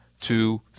two